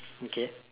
okay